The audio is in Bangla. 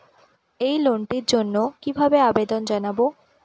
এই লোনটির জন্য কিভাবে আবেদন জানাবো?